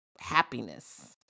happiness